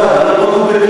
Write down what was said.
בסדר, אבל לא ברור בדיוק.